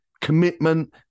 commitment